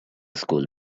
school